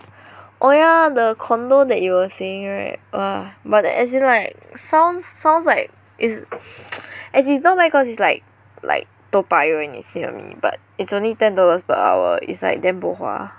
oh yeah the condo that you were saying right !wah! but the as in like sounds sounds like it's as in it's not very cause it's like like Toa Payoh and it's near me but it's only ten dollars per hour is like damn bo hua